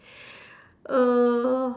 uh